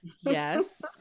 Yes